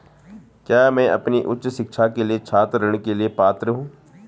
क्या मैं अपनी उच्च शिक्षा के लिए छात्र ऋण के लिए पात्र हूँ?